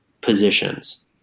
positions